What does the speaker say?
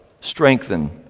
strengthen